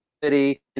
city